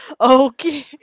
Okay